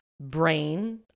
brain